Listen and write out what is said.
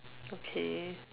okay